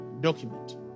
document